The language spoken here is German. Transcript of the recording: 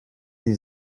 die